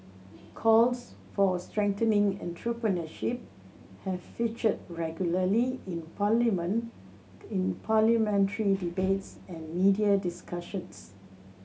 calls for strengthening entrepreneurship have featured regularly in parliament in parliamentary debates and media discussions